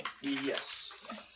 Yes